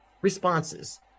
responses